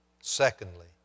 Secondly